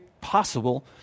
possible